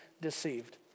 deceived